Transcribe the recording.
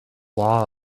law